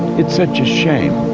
it's such a shame,